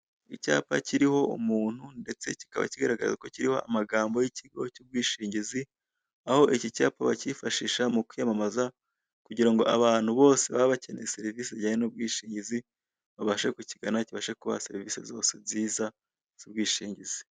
Icyapa kiriho umuntu ndetse kikaba kigaragara ko kiriho amagambo y'ikigo cy'ubwishingizi, aho iki cyapa bacyifashisha mu kwiyamamaza kugira ngo abantu bose baba bakeneye serivisi zijyanye n'ubwishingizi babashe kukigana kibashe kubaha serivisi zose nziza z'ubwishingizi.